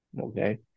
okay